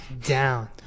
down